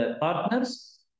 partners